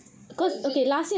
or is it